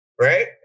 Right